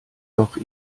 doch